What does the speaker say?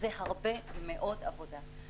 זה הרבה מאוד עבודה.